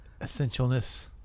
essentialness